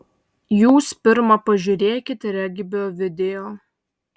jūs pirma pažiūrėkit regbio video